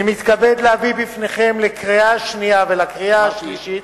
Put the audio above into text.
אני מתכבד להביא בפניכם לקריאה השנייה ולקריאה השלישית